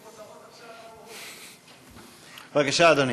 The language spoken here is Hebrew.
בבקשה, אדוני.